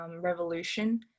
revolution